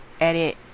edit